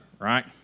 right